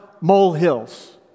molehills